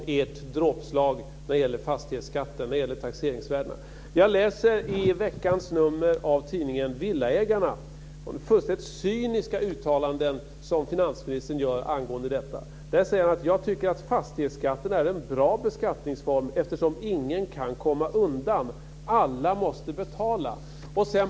Det gäller fastighetsskatten och taxeringsvärdena. I veckans nummer av tidningen Villaägaren läste jag de fullständigt cyniska uttalanden som finansministern gör angående detta. Där säger han: Jag tycker att fastighetsskatten är en bra beskattningsform eftersom ingen kan komma undan. Alla måste betala.